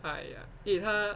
!aiya! eh 他